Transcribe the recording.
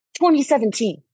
2017